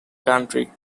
country